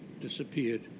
disappeared